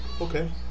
Okay